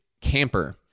Camper